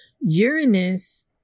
Uranus